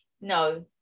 No